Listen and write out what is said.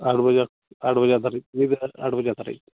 ᱟᱴ ᱵᱟᱡᱟᱜ ᱟᱴ ᱵᱟᱡᱟᱜ ᱫᱷᱟᱹᱨᱤᱡ ᱧᱤᱫᱟᱹ ᱟᱴ ᱵᱟᱡᱟᱜ ᱫᱷᱟᱹᱨᱤᱡ